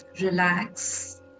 relax